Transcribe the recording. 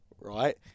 right